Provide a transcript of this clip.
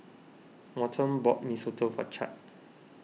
Morton bought Mee Soto for Chadd